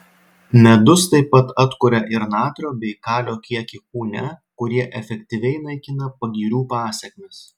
medus taip pat atkuria ir natrio bei kalio kiekį kūne kurie efektyviai naikina pagirių pasekmes